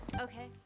Okay